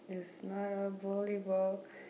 is not a volleyball